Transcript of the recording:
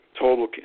total